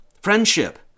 friendship